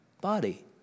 body